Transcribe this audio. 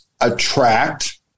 attract